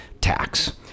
tax